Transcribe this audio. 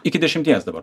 iki dešimties dabar